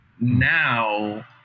Now